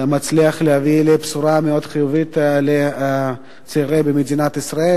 מצליח להביא בשורה מאוד חיובית לצעירים במדינת ישראל,